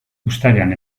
uztailean